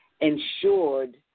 insured